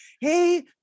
Hey